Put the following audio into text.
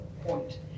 point